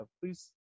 please